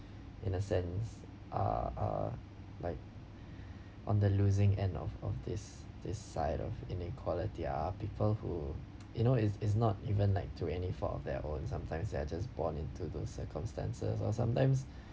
in a sense uh uh like on the losing end of of this this side of inequality are people who you know it's it's not even like to any fault of their own sometimes they're just born into those circumstances or sometimes